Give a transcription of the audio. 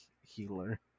healer